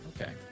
okay